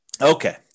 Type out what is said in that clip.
Okay